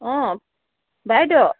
অঁ বাইদেউ